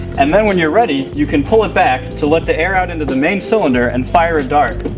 and then, when you're ready, you can pull it back to let the air out into the main cylinder and fire a dart.